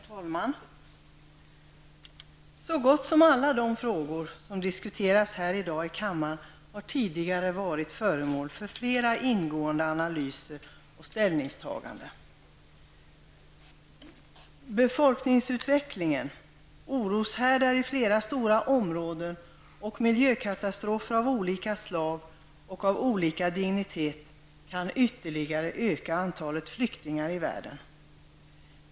Herr talman! Så gott som alla de frågor som diskuteras här i kammaren i dag har tidigare varit föremål för flera ingående analyser och ställningstaganden. Befolkningsutvecklingen, oroshärdar i flera stora områden och miljökatastrofer av olika slag och av olika dignitet kan ytterligare öka antalet flyktingar i världen.